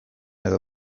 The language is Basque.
edo